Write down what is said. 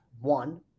one